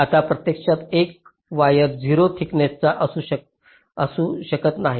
आता प्रत्यक्षात एक वायर 0 थिकनेसचा असू शकत नाही